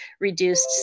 reduced